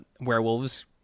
Werewolves